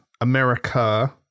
America